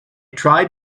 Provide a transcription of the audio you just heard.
tried